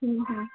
सही है